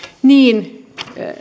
niin